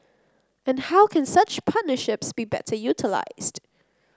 and how can such partnerships be better utilised